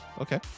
Okay